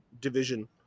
division